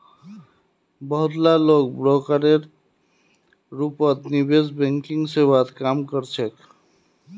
बहुत ला लोग ब्रोकरेर रूपत निवेश बैंकिंग सेवात काम कर छेक